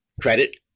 credit